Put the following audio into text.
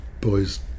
boys